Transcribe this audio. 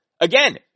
Again